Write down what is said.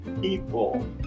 people